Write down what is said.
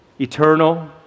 eternal